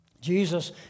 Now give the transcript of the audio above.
Jesus